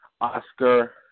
Oscar